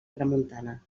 tramuntana